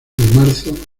marzo